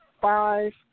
five